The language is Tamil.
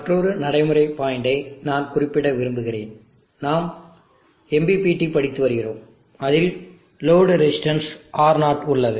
மற்றொரு நடைமுறை பாயிண்டை நான் குறிப்பிட விரும்புகிறேன் நாம் MPPT படித்து வருகிறோம் அதில் லோடு ரெசிஸ்டன்ஸ் R0 உள்ளது